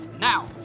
Now